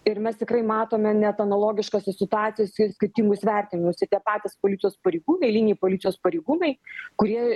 ir mes tikrai matome net analogiškose situacijose ir skirtingus vertinimus ir tie patys policijos pareigūnai eiliniai policijos pareigūnai kurie